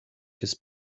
his